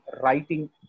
writing